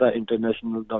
international